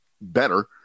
better